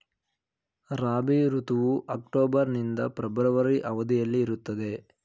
ರಾಬಿ ಋತುವು ಅಕ್ಟೋಬರ್ ನಿಂದ ಫೆಬ್ರವರಿ ಅವಧಿಯಲ್ಲಿ ಇರುತ್ತದೆ